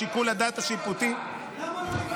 שיקול הדעת השיפוטי?" למה לא לבחור באהבה?